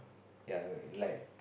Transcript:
ya like